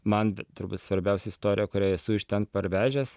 man turbūt svarbiausia istorija kurią esu iš ten parvežęs